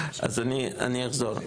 אדוני, אני אחזור.